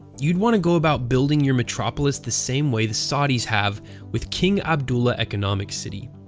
you'd want to go about building your metropolis the same way the saudi's have with king abdullah economic city.